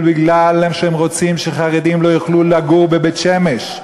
כי הם רוצים שחרדים לא יוכלו לגור בבית-שמש,